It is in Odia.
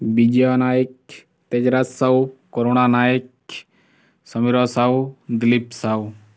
ବିଜୟ ନାୟକ ତେଜରା ସାହୁ କରୁଣା ନାୟକ ସମୀର ସାହୁ ଦିଲ୍ଲୀପ ସାହୁ